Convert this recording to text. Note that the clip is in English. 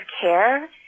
care –